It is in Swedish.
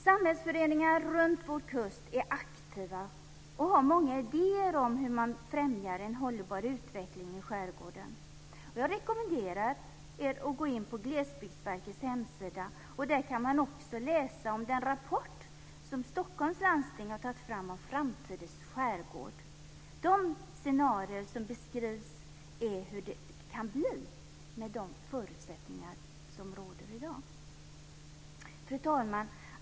Samhällsföreningar runt vår kust är aktiva och har många idéer om hur man främjar en hållbar utveckling i skärgården. Jag rekommenderar er att gå in på Glesbygdsverkets hemsida. Där kan man också läsa om den rapport som Stockholms läns landsting har tagit fram om framtidens skärgård. De scenarier som beskrivs är hur det kan bli med de förutsättningar som råder i dag. Fru talman!